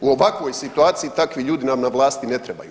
U ovakvoj situaciji takvi ljudi vam na vlasti ne trebaju.